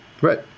Right